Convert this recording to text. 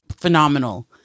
phenomenal